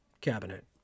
cabinet